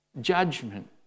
judgment